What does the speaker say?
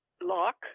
lock